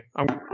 Okay